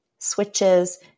Switches